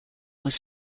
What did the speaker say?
was